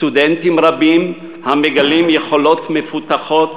סטודנטים רבים המגלים יכולות מפותחות